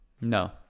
no